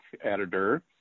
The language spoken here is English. editor